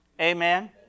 Amen